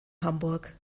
hamburg